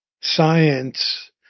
science